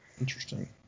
Interesting